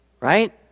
right